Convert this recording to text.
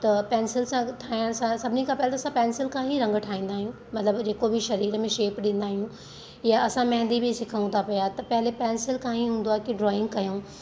त पेंसिल सां ठाहिण सां सभिनी खां पहिरियों त असां पेंसिल खां ई रंगु ठाहींदा आहियूं मतिलबु जेको बि शरीर में शेप ॾींदा आहियूं या असां मेहंदी बि सिखऊं था पिया त पहिले पेंसिल खां ई हूंदो आहे की ड्रॉइंग कयूं